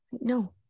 no